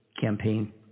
campaign